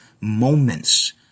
moments